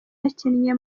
yakiniye